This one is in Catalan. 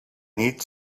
nit